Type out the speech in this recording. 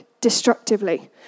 destructively